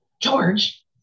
George